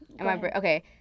Okay